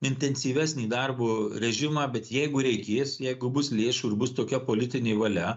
intensyvesnį darbo režimą bet jeigu reikės jeigu bus lėšų ir bus tokia politinė valia